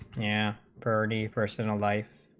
yeah kearny personal life